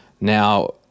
Now